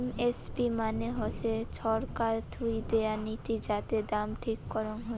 MSP মানে হসে ছরকার থুই দেয়া নীতি যাতে দাম ঠিক করং হই